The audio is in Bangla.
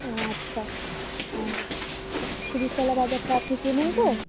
ও আচ্ছা আচ্ছা শিরীষতলা বাজারটা আপনি চেনেন তো